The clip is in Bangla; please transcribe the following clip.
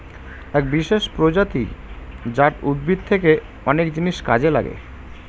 এক বিশেষ প্রজাতি জাট উদ্ভিদ থেকে অনেক জিনিস কাজে লাগে